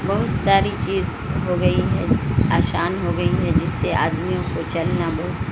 بہت ساری چیز ہو گئی ہے آسان ہو گئی ہے جس سے آدمیوں کو چلنا بہت